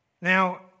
Now